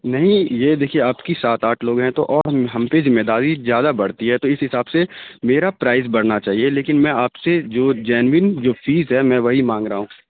نہیں یہ دیکھیے آپ کی سات آٹھ لوگ ہیں تو اور ہم پہ ذمہ داری زیادہ بڑھتی ہے تو اس حساب سے میرا پرائس بڑھنا چاہیے لیکن میں آپ سے جو جینوئن جو فیس ہے میں وہی مانگ رہا ہوں